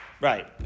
Right